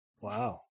Wow